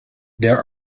there